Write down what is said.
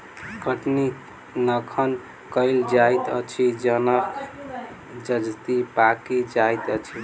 कटनी तखन कयल जाइत अछि जखन जजति पाकि जाइत अछि